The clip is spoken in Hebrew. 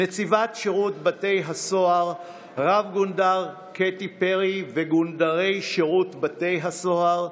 נציבת שירות בתי הסוהר רב-גונדר קטי פרי וגונדרי שירות בתי הסוהר,